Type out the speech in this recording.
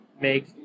make